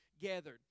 gathered